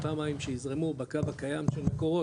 אותם מים שיזרמו בקו הקיים של מקורות,